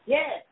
Yes